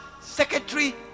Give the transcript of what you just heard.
secretary